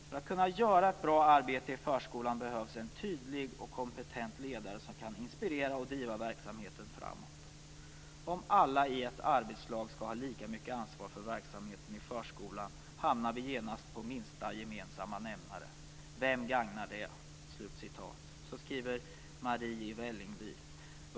För att kunna göra ett bra arbete i förskolan behövs en tydlig och kompetent ledare som kan inspirera och driva verksamheten framåt. Om alla i ett arbetslag skall ha lika mycket ansvar för verksamheten i förskolan hamnar vi genast på minsta gemensamma nämnare. Vem gagnar det?" Så skriver Marie i Vällingby.